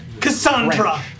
Cassandra